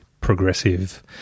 progressive